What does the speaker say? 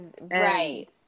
right